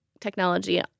technology